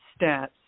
stats